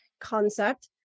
concept